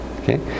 okay